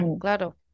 claro